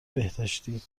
بهداشتی